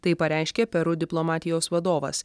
tai pareiškė peru diplomatijos vadovas